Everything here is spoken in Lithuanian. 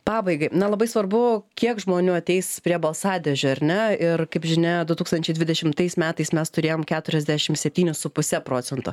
pabaigai na labai svarbu kiek žmonių ateis prie balsadėžių ar ne ir kaip žinia du tūkstančiai dvidešimtais metais mes turėjom keturiasdešim septynis su puse procento